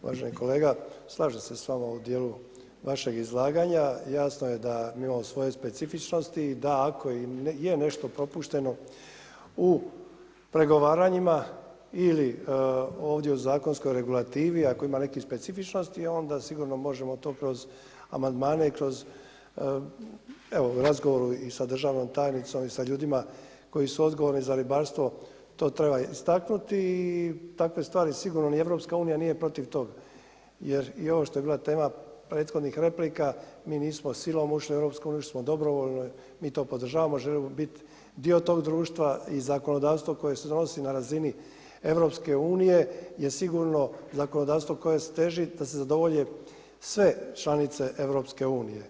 Uvaženi kolega, slažem se s vama u dijelu vašeg izlaganja, jasno je da mi imamo svoje specifičnosti i da ako je nešto propušteno u pregovaranjima ili ovdje u zakonskoj regulativi, ako ima nekih specifičnosti onda sigurno možemo to kroz amandmane, kroz evo, razgovoru i sa državnom tajnicom i sa ljudima koji su odgovorni za ribarstvo, to treba istaknuti i takve stvari sigurno ni EU nije protiv toga jer i ono što je bila tema prethodnih replika, mi nismo silom ušli u EU, ušli smo dobrovoljno, mi to podržavamo, želimo biti dio tog društva i zakonodavstvo koje se donosi na razini EU-a je sigurno zakonodavstvo koje teži da se zadovolje sve članice EU.